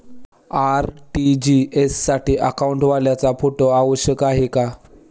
RTGS साठी अकाउंटवाल्याचा photo आवश्यक आहे का?